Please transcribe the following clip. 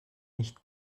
nicht